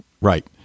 Right